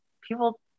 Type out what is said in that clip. people